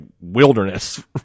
wilderness